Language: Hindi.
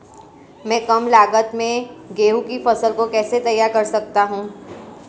मैं कम लागत में गेहूँ की फसल को कैसे तैयार कर सकता हूँ?